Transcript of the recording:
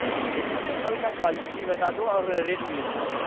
तो हमें कमल का क्वालिटी बता दो और रेट भी बता दो